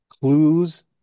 clues